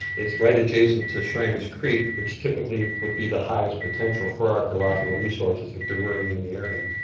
it's right adjacent to shriner's creek which typically would be the highest potential for archeological resources if there were any in the area.